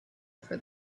for